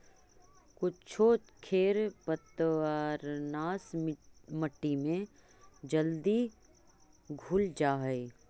कुछो खेर पतवारनाश मट्टी में जल्दी घुल जा हई